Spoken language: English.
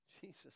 Jesus